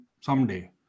someday